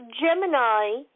Gemini